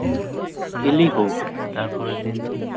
ᱦᱤᱞᱤ ᱦᱳ